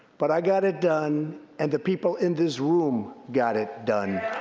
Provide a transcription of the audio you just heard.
but i got it done, and the people in this room got it done.